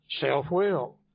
self-will